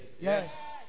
Yes